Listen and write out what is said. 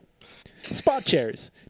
Spotchairs